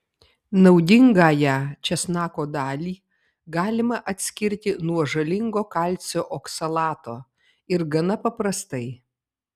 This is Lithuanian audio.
naudingąją česnako dalį galima atskirti nuo žalingo kalcio oksalato ir gana paprastai